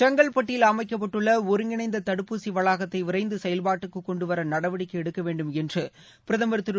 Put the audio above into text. செங்கல்பட்டில் அமைக்கப்பட்டுள்ள ஒருங்கிணைந்த தடுப்பூசி வளாகத்தை விரைந்து செயல்பாட்டுக்கு கொண்டு வர நடவடிக்கை எடுக்க வேண்டும் என்று பிரதமர் திரு